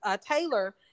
Taylor